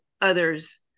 others